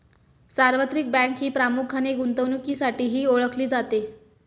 सार्वत्रिक बँक ही प्रामुख्याने गुंतवणुकीसाठीही ओळखली जाते